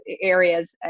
areas